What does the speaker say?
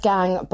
gang